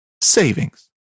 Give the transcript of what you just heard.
savings